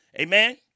amen